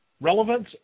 relevance